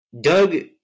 Doug